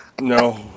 No